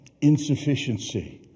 insufficiency